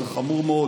אבל זה חמור מאוד,